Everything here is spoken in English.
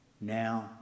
now